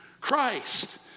Christ